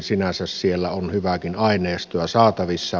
sinänsä siellä on hyvääkin aineistoa saatavissa